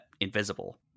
invisible